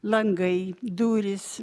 langai durys